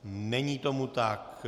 Není tomu tak.